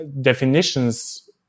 definitions